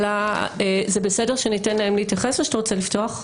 זה בסדר שניתן להם להתייחס או שאתה רוצה לפתוח?